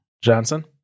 Johnson